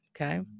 okay